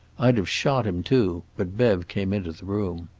i'd have shot him, too, but bev came into the room.